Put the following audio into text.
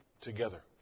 together